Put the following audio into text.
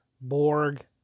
Borg